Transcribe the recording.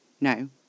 No